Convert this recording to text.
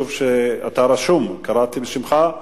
אתה רשום, קראתי בשמך.